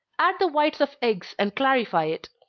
add the whites of eggs, and clarify it.